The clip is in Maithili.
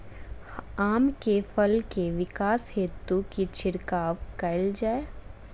आम केँ फल केँ विकास हेतु की छिड़काव कैल जाए?